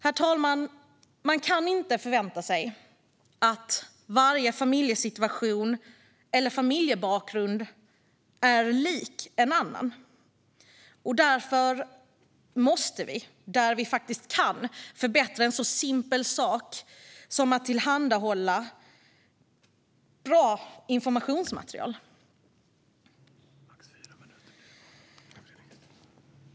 Man kan inte, herr talman, förvänta sig att varje familjesituation eller familjebakgrund är lik någon annan. Därför måste vi, där vi kan, förbättra en sådan simpel sak som att tillhandahålla bra informationsmaterial.